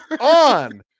On